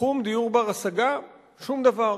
בתחום דיור בר-השגה, שום דבר.